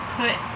put